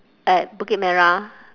at bukit-merah